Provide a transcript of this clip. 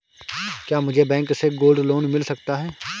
क्या मुझे बैंक से गोल्ड लोंन मिल सकता है?